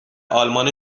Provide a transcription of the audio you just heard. آلمان